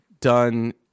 done